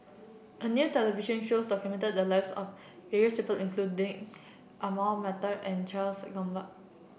a new television show the lives of various people including Ahmad Mattar and Charles Gamba